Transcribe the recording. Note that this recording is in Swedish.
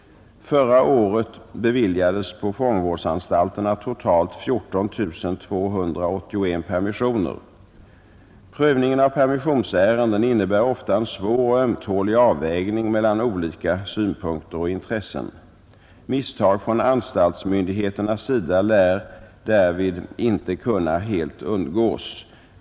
Förra året beviljades på fångvårdsanstalterna totalt 14 281 permissioner. Prövningen av permissionsärenden innebär ofta en svår och ömtålig avvägning mellan olika synpunkter och intressen. Misstag från anstaltsmyndigheternas sida lär därvid inte kunna helt undgås.